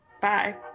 Bye